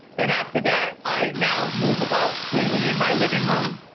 and after that, i now move about freely in my living room.